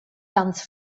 ganz